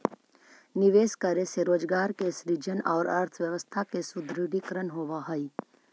निवेश करे से रोजगार के सृजन औउर अर्थव्यवस्था के सुदृढ़ीकरण होवऽ हई